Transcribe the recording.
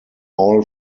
all